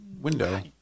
window